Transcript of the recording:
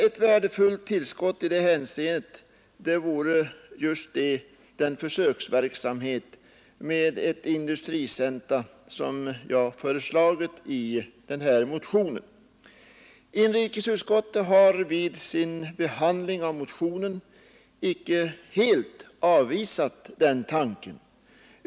Ett värdefullt tillskott i det hänseendet vore just den försöksverksamhet med ett industricentrum som jag har föreslagit i motionen 589. Inrikesutskottet har vid sin behandling av motionen icke helt avvisat den tanken.